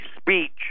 speech